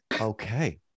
Okay